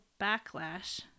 backlash